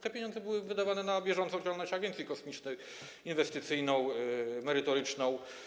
Te pieniądze były wydawane na bieżącą działalność agencji kosmicznej: inwestycyjną, merytoryczną.